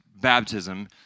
baptism